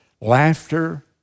laughter